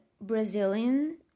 Brazilian